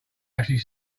actually